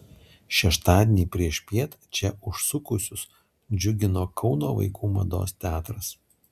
šeštadienį priešpiet čia užsukusius džiugino kauno vaikų mados teatras